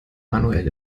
manuell